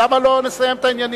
למה לא נסיים את העניינים?